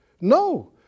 No